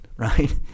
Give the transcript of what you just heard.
right